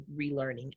relearning